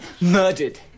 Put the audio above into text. Murdered